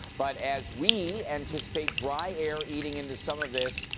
but as we anticipate dry air eating into some of this,